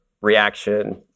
reaction